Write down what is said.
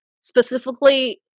specifically